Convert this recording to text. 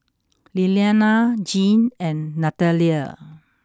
Lillianna Jean and Nathalia